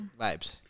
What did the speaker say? Vibes